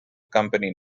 company